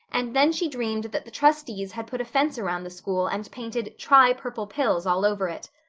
and then she dreamed that the trustees had put a fence around the school and painted try purple pills all over it.